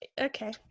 Okay